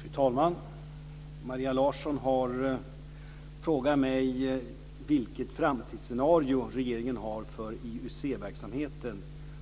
Fru talman! Maria Larsson har frågat mig vilket framtidsscenario regeringen har för IUC verksamheten